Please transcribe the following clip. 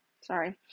Sorry